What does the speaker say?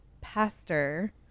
Pastor